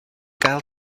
gael